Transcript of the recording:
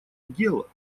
дела